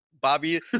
Bobby